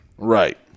Right